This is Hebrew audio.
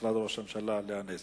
במשרד ראש הממשלה לאה נס.